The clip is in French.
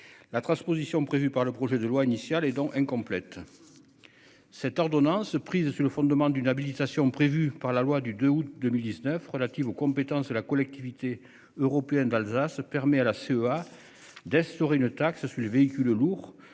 La transposition prévue par le projet de loi initial et dont incomplète. Cette ordonnance prise sur le fondement d'une habilitation prévue par la loi du 2 août 2019 relatives aux compétences de la collectivité européenne d'Alsace permet à la CEA. D'instaurer une taxe sur les véhicules lourds